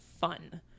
Fun